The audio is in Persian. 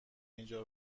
اینجا